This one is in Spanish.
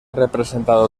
representado